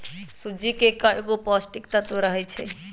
सूज्ज़ी में कएगो पौष्टिक तत्त्व रहै छइ